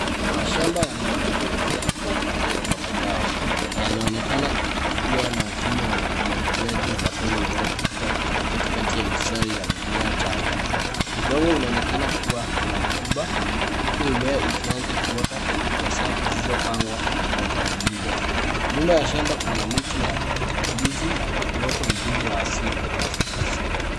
Mashamba yameandaliwa vizuri kwa upandaji wa mazao na yanaonekana kuwa na mfumo wa umwagiliaji wa matone unaopita katikati ya mistari ya mimea changa. Udongo unaonekana kuwa na rutuba huku mimea ikianza kuota kwa safu zilizopangwa kwa mpangilio. Nyuma ya shamba kuna miti ya ndizi na uoto mzuri wa asili.